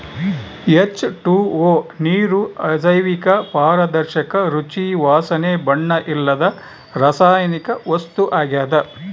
H two O ನೀರು ಅಜೈವಿಕ ಪಾರದರ್ಶಕ ರುಚಿ ವಾಸನೆ ಬಣ್ಣ ಇಲ್ಲದ ರಾಸಾಯನಿಕ ವಸ್ತು ಆಗ್ಯದ